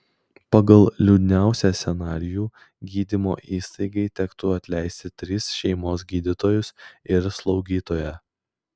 pagal liūdniausią scenarijų gydymo įstaigai tektų atleisti tris šeimos gydytojus ir slaugytoją